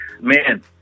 Man